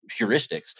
heuristics